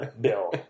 bill